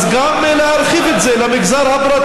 אז להרחיב את זה גם למגזר הפרטי.